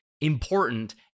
important